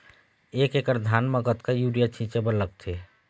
एक एकड़ धान म कतका यूरिया छींचे बर लगथे?